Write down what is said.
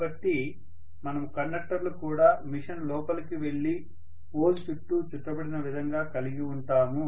కాబట్టి మనము కండక్టర్లు కూడా మెషిన్ లోపలికి వెళ్లి పోల్ చుట్టూ చుట్టబడిన విధంగా కలిగి ఉంటాము